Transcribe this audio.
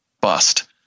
bust